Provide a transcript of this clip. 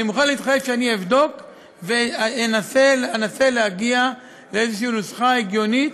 אני מוכן להתחייב שאני אבדוק ואנסה להגיע לאיזושהי נוסחה הגיונית,